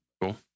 cool